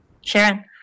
Sharon